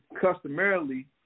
customarily